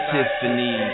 Tiffany